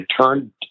turned